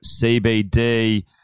CBD